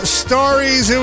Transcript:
stories